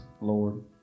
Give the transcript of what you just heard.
Lord